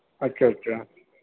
اچھا اچھا